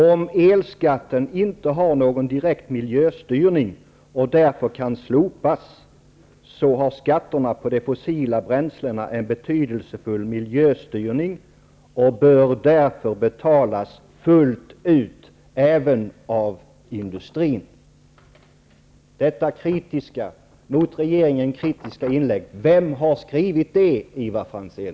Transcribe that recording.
Om elskatten inte har någon direkt miljöstyrning och därför kan slopas, har skatterna på de fossila bränslena en betydelsefull miljöstyrning och bör därför betalas fullt ut även av industrin. Vem har skrivit detta mot regeringen kritiska inlägg, Ivar Franzén?